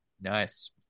Nice